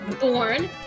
Born